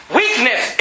weakness